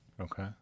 Okay